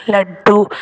लड्डू